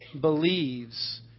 believes